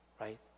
Right